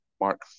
Mark